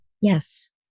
Yes